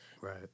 Right